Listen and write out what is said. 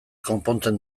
konpontzen